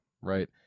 right